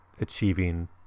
achieving